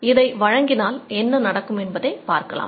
இதை வழங்கினால் என்ன நடக்கும் என்பதை பார்க்கலாம்